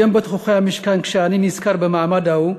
היום, בתוככי המשכן, כשאני נזכר במעמד ההוא,